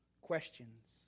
questions